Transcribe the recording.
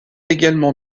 également